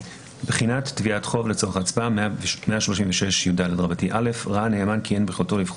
136יד.בחינת תביעת חוב לצורך הצבעה ראה הנאמן כי אין ביכולתו לבחון